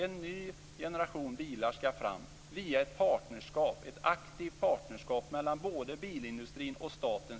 En ny generation bilar skall fram via ett aktivt partnerskap mellan bilindustrin och staten.